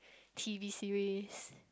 T_V series